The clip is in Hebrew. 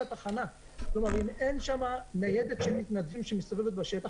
אם אין שם ניידת של מתנדבים שמסתובבת בשטח,